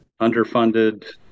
underfunded